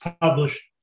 published